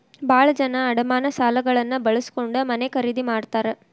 ಭಾಳ ಜನ ಅಡಮಾನ ಸಾಲಗಳನ್ನ ಬಳಸ್ಕೊಂಡ್ ಮನೆ ಖರೇದಿ ಮಾಡ್ತಾರಾ